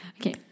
Okay